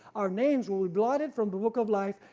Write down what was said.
our names will be blotted from the book of life,